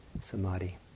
samadhi